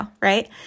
right